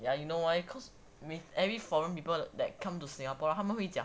ya you know why cause with every foreign people that come to singapore 他们会讲